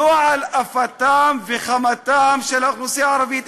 לא על אפה וחמתה של האוכלוסייה הערבית.